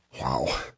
Wow